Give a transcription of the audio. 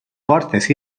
portes